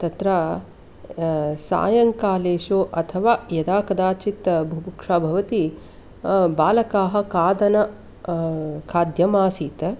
तत्र सायङ्कालेषु अथवा यदा कदाचित् बुभुक्षा भवति बालकाः खादन् खादन् आसीत्